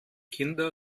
kinder